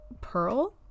pearl